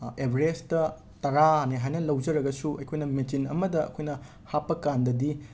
Everest ꯇꯔꯥꯅꯦ ꯍꯥꯏꯅ ꯂꯧꯖꯔꯒꯁꯨ ꯑꯩꯈꯣꯏꯅ ꯃꯦꯆꯤꯟ ꯑꯃꯗ ꯑꯩꯈꯣꯏꯅ ꯍꯥꯞꯄꯀꯥꯟꯗꯗꯤ